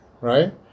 right